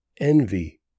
envy